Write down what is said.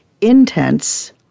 intense